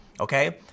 okay